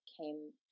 came